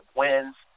wins –